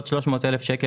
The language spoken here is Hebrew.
לטעות.